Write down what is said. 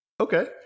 Okay